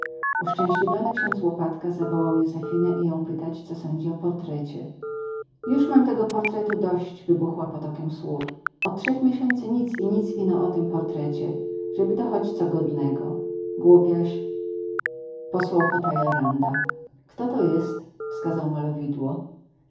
uszczęśliwiony ksiądz łopatka zawołał józefinę i jął pytać co sądzi o portrecie już mam tego portretu dość wybuchła potokiem słów od trzech miesięcy nic i nic ino o tym portrecie żeby to choć co godnego głupiaś posłał po tayleranda kto to jest wskazał malowidło